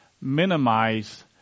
minimize